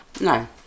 no